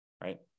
right